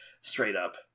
straight-up